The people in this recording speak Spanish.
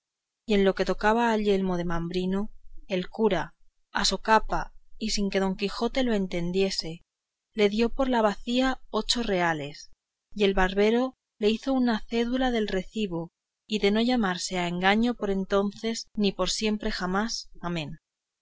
y en lo que tocaba a lo del yelmo de mambrino el cura a socapa y sin que don quijote lo entendiese le dio por la bacía ocho reales y el barbero le hizo una cédula del recibo y de no llamarse a engaño por entonces ni por siempre jamás amén